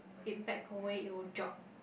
it back away it will drop